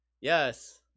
yes